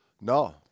No